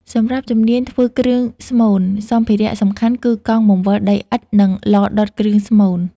សម្រាប់ជំនាញ ធ្វើគ្រឿងស្មូន សម្ភារៈសំខាន់គឺកង់បង្វិលដីឥដ្ឋនិងឡដុតគ្រឿងស្មូន។